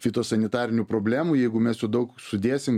fitosanitarinių problemų jeigu mes jų daug sudėsim